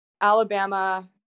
Alabama